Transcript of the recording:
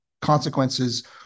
consequences